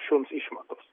šuns išmatos